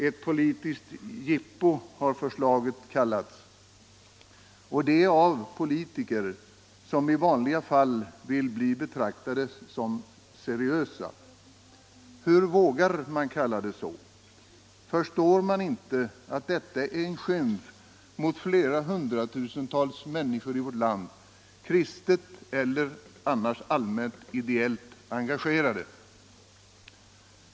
Ett politiskt jippo har förslaget kallats — och det av politiker som i vanliga fall vill bli betraktade som seriösa. Hur vågar man kalla det så? Förstår man inte att detta är en skymf mot flera hundratusentals människor i vårt land, kristet eller annars allmänt ideellt engagerade?